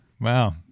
Wow